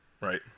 Right